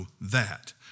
that